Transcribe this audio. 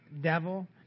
devil